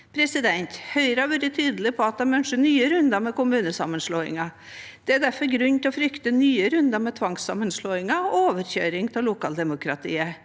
selv. Høyre har vært tydelige på at de ønsker nye runder med kommunesammenslåinger. Det er derfor grunn til å frykte nye runder med tvangssammenslåinger og overkjøring av lokaldemokratiet.